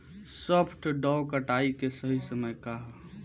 सॉफ्ट डॉ कटाई के सही समय का ह?